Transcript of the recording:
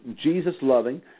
Jesus-loving